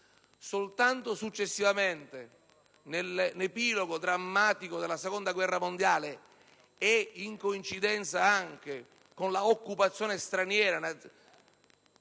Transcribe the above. Soltanto successivamente, nell'epilogo drammatico della seconda guerra mondiale e anche in coincidenza con l'occupazione straniera,